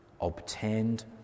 obtained